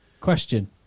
Question